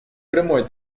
прямой